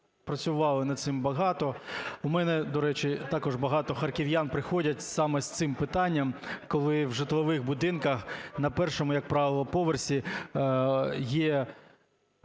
працювали над цим багато. У мене, до речі, також багато харків'ян приходять саме з цим питанням, коли в житлових будинках, на першому, як правило, поверсі є